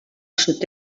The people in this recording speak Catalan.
sud